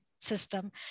system